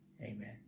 Amen